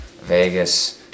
vegas